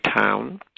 town